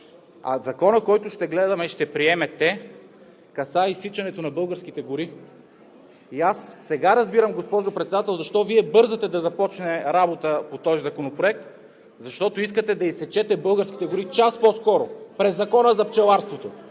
Законът, който ще гледаме и ще приемете, касае изсичането на българските гори! И аз сега разбирам, госпожо Председател, защо Вие бързате да започне работа по този законопроект – защото искате час по скоро да изсечете българските гори през Закона за пчеларството.